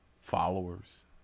followers